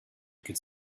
could